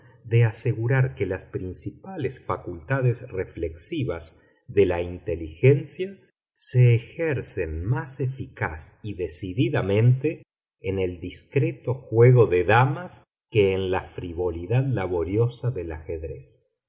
de asegurar que las principales facultades reflexivas de la inteligencia se ejercen más eficaz y decididamente en el discreto juego de damas que en la frivolidad laboriosa del ajedrez